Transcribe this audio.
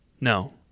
No